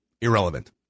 irrelevant